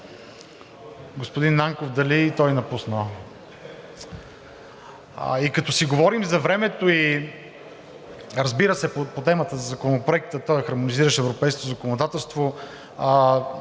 И като си говорим за времето и, разбира се, по темата за Законопроекта – той е хармонизиращ европейското законодателство,